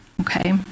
okay